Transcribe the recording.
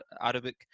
arabic